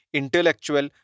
intellectual